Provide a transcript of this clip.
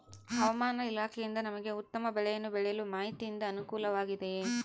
ಹವಮಾನ ಇಲಾಖೆಯಿಂದ ನಮಗೆ ಉತ್ತಮ ಬೆಳೆಯನ್ನು ಬೆಳೆಯಲು ಮಾಹಿತಿಯಿಂದ ಅನುಕೂಲವಾಗಿದೆಯೆ?